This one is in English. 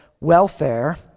welfare